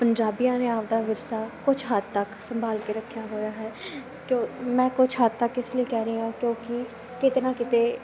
ਪੰਜਾਬੀਆਂ ਨੇ ਆਪਦਾ ਵਿਰਸਾ ਕੁਝ ਹੱਦ ਤੱਕ ਸੰਭਾਲ ਕੇ ਰੱਖਿਆ ਹੋਇਆ ਹੈ ਕਿ ਮੈਂ ਕੁਝ ਹੱਦ ਤੱਕ ਇਸ ਲਈ ਕਹਿ ਰਹੀ ਹਾਂ ਕਿਉਂਕਿ ਕਿਤੇ ਨਾ ਕਿਤੇ